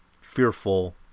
fearful